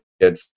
good